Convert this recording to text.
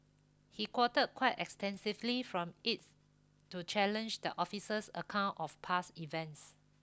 he quoted quite extensively from it to challenge the officer's account of past events